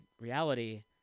reality